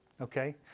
Okay